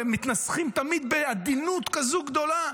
והם מתנסחים תמיד בעדינות כזו גדולה,